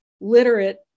literate